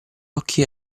occhi